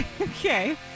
Okay